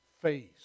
face